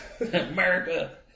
America